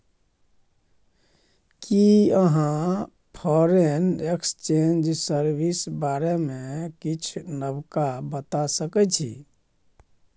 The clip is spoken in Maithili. कि अहाँ फॉरेन एक्सचेंज सर्विस बारे मे किछ नबका बता सकै छी